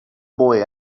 boy